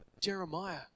Jeremiah